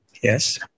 Yes